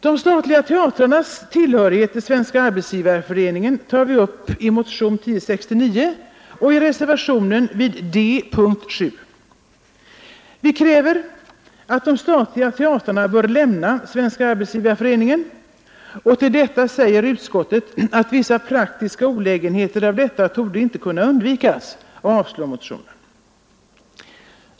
De statliga teatrarnas tillhörighet till Svenska arbetsgivareföreningen tar vi upp i motionen 1069 och i reservationen D vid punkten 7. Vi kräver att de statliga teatrarna skall lämna SAF. Utskottet säger att vissa praktiska olägenheter av detta inte torde kunna undvikas och avstyrker motionen.